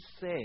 say